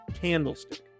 candlestick